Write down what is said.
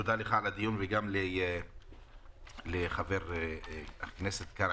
תודה על הדיון וגם לחבר הכנסת קרעי.